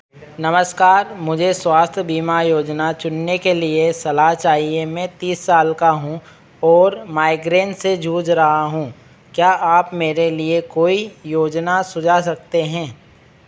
नमस्कार मुझे स्वास्थ्य बीमा योजना चुनने के लिए सलाह चाहिए मैं तीस साल का हूँ और माइग्रैन से जूझ रहा हूँ क्या आप मेरे लिए कोई योजना सुझा सकते हैं